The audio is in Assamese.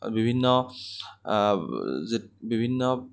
বিভিন্ন বিভিন্ন